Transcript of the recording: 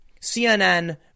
CNN